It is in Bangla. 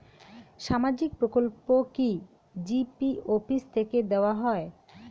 সামাজিক প্রকল্প কি জি.পি অফিস থেকে দেওয়া হয়?